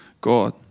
God